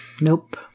Nope